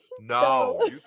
No